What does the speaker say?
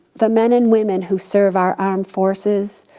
the men and women who serve our armed forces,